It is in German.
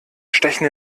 stechen